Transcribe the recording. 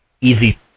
easy